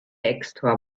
extra